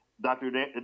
Dr